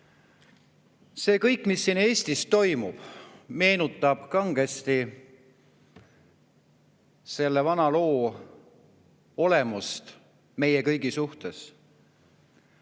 see, mis siin Eestis toimub, meenutab kangesti selle vana loo olemust meie kõigi suhtes.